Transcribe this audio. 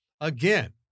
again